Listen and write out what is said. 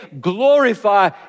glorify